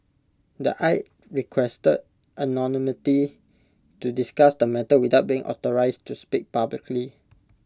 the aide requested anonymity to discuss the matter without being authorised to speak publicly